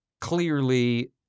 Clearly